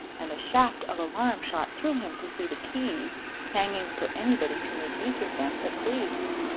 and a shaft of alarm shot through him to see the keys hanging for anybody to make use of them that pleased.